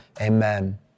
amen